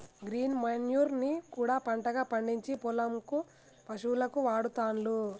green manure ని కూడా పంటగా పండిచ్చి పొలం కు పశువులకు వాడుతాండ్లు